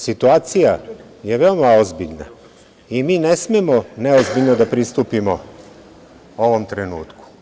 Situacija je veoma ozbiljna i mi ne smemo neozbiljno da pristupimo ovom trenutku.